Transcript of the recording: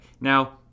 now